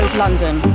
London